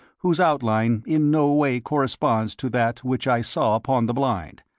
whose outline in no way corresponds to that which i saw upon the blind.